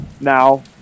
now